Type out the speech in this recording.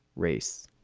race